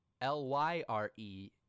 l-y-r-e